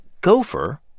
Gopher